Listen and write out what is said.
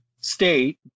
state